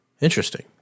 Interesting